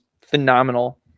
phenomenal